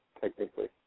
technically